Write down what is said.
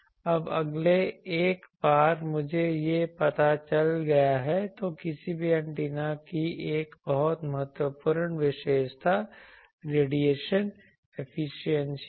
अब अगले एक बार मुझे यह पता चल गया है तो किसी भी एंटीना की एक बहुत महत्वपूर्ण विशेषता रेडिएशन एफिशिएंसी है